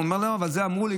והוא אמר: אבל את זה אמרו לי,